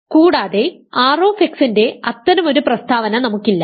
കൂടാതെ R ൻറെ അത്തരമൊരു പ്രസ്താവന നമുക്കില്ല